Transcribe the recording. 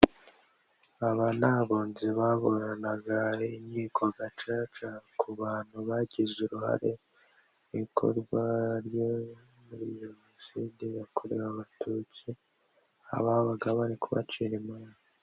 Aba ni abunzi baburanaga ari inkiko gacaca ku bantu bagize uruhare mu ikorwa ryo muri jenoside yakorewe abatutsi, ababaga bari kubacira imanza.